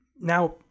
now